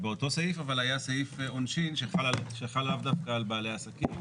באותו סעיף אבל היה סעיף עונשין שחל לאו דווקא בעלי העסקים,